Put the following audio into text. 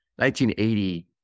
1980